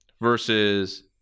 versus